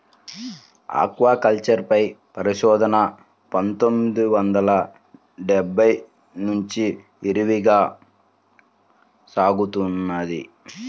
aquaculture పై పరిశోధన పందొమ్మిది వందల డెబ్బై నుంచి విరివిగా సాగుతున్నది